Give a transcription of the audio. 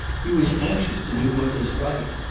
he was anxious to do what was right.